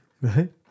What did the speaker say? Right